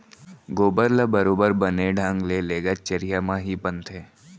गोबर ल बरोबर बने ढंग ले लेगत चरिहा म ही बनथे